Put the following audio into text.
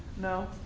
no.